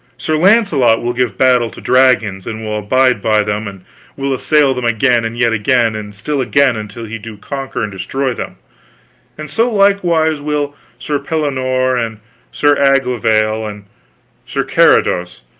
sir launcelot will give battle to dragons, and will abide by them, and will assail them again, and yet again, and still again, until he do conquer and destroy them and so likewise will sir pellinore and sir aglovale and sir carados,